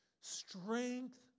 Strength